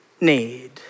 need